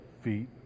feet